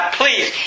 please